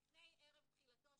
כי לצורך